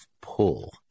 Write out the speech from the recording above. pull